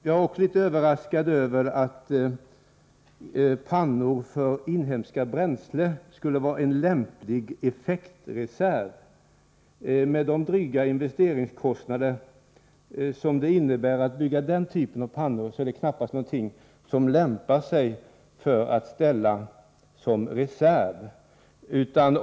Jag är också litet överraskad över att pannor för inhemska bränslen skulle vara en lämplig effektreserv. Med de dryga investeringskostnader som det innebär att bygga den typen av pannor är det knappast någonting som lämpar sig att ställa som reserv.